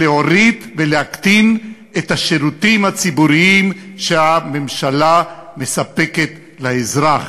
להוריד ולהקטין את השירותים הציבוריים שהממשלה מספקת לאזרח.